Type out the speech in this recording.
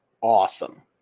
awesome